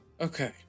Okay